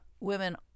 women